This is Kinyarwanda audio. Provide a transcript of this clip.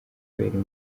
kubera